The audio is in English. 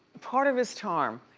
part of his charm,